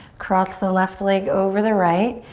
cross the left leg over the right.